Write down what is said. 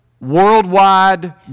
worldwide